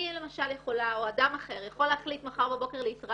אני יכולה או אדם אחר יכול להחליט להתראיין